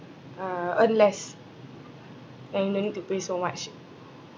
uh earn less then no need to pay so much